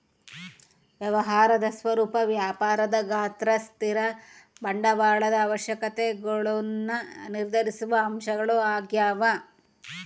ವ್ಯವಹಾರದ ಸ್ವರೂಪ ವ್ಯಾಪಾರದ ಗಾತ್ರ ಸ್ಥಿರ ಬಂಡವಾಳದ ಅವಶ್ಯಕತೆಗುಳ್ನ ನಿರ್ಧರಿಸುವ ಅಂಶಗಳು ಆಗ್ಯವ